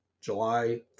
July